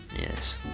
Yes